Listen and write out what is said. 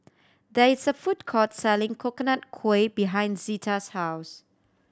there is a food court selling Coconut Kuih behind Zita's house